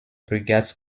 brigades